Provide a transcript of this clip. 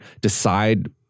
decide